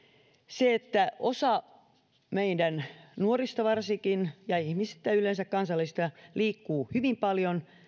se että osa meidän nuoristamme varsinkin ja ihmisistä kansalaisista yleensä liikkuu hyvin paljon